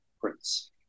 prints